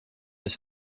his